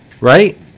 right